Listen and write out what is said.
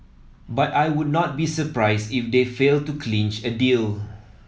but I would not be surprised if they fail to clinch a deal